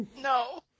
No